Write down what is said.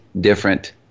different